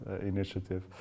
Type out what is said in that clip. initiative